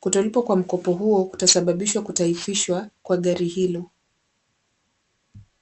Kutolipa kwa mkopo huo kutasababishwa kutahifishwa kwa gari hilo.